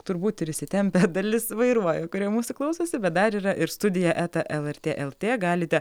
turbūt ir įsitempę dalis vairuoja kurie mūsų klausosi bet dar yra ir studija eta lrt lt galite